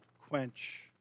quench